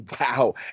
wow